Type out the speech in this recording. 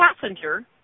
passenger